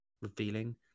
revealing